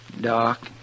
Doc